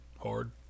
Hard